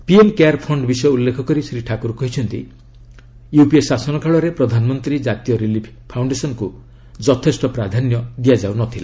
PM care fund ବିଷୟ ଉଲ୍ଲେଖ କରି ଶ୍ରୀ ଠାକୁର କହିଛନ୍ତି ୟୁପିଏ ଶାସନ କାଳରେ ପ୍ରଧାନମନ୍ତ୍ରୀ କ୍ଷାତୀୟ ରିଲିଫ୍ ଫାଉଣ୍ଡେସନକୁ ଯଥେଷ୍ଟ ପ୍ରାଧାନ୍ୟ ଦିଆଯାଉ ନଥିଲା